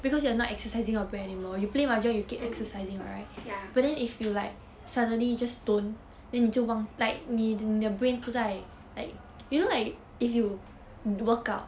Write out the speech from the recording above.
mm ya